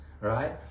right